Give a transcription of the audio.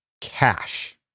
cash